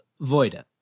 Voida